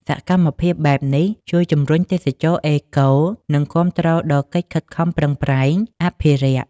សកម្មភាពបែបនេះជួយជំរុញទេសចរណ៍អេកូ និងគាំទ្រដល់កិច្ចខិតខំប្រឹងប្រែងអភិរក្ស។